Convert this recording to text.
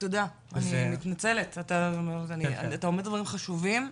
תודה, אני מתנצלת, אתה אומר דברים חשובים,